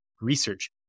research